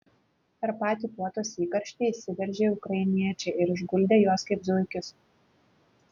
per patį puotos įkarštį įsiveržė ukrainiečiai ir išguldė juos kaip zuikius